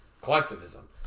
collectivism